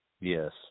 Yes